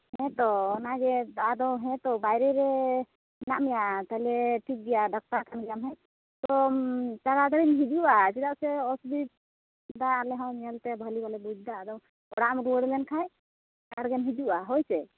ᱦᱮᱸ ᱛᱚ ᱚᱱᱟ ᱜᱮ ᱟᱫᱚ ᱦᱮᱸ ᱛᱚ ᱵᱟᱭᱨᱮ ᱨᱮ ᱦᱮᱱᱟᱜ ᱢᱮᱭᱟ ᱛᱟᱦᱚᱞᱮ ᱴᱷᱤᱠ ᱜᱮᱭᱟ ᱫᱟᱠᱛᱟᱨ ᱠᱟᱱ ᱜᱮᱭᱟᱢ ᱦᱮᱸ ᱛᱚ ᱛᱟᱲᱟ ᱛᱟᱹᱲᱤᱢ ᱦᱤᱡᱩᱜᱼᱟ ᱪᱮᱫᱟᱜ ᱥᱮ ᱚᱥᱩᱵᱤᱫᱟ ᱧᱮᱞ ᱛᱮ ᱟᱞᱮ ᱦᱚᱸ ᱵᱷᱟᱞᱮ ᱵᱟᱞᱮ ᱵᱩᱡᱽ ᱮᱫᱟ ᱟᱫᱚ ᱚᱲᱟᱜ ᱮᱢ ᱨᱩᱭᱟᱹᱲ ᱞᱮᱱᱠᱷᱟᱡ ᱪᱟᱲᱜᱮᱢ ᱦᱤᱡᱩᱜᱼᱟ ᱦᱳᱭ ᱥᱮ